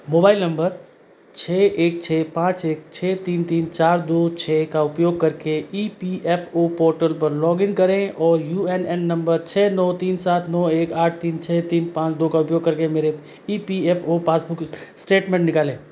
mobile number छः एक छः पाँच एक छः तीन तीन चार दो छः का उपयोग करके E P F O portal पर लॉग इन करें और यू एन एन नंबर छः नौ तीन सात नौ एक आठ तीन छः तीन पाँच दो का उपयोग करके मेरे E P F O passbook statement निकालें